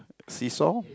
see saw